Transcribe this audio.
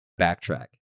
backtrack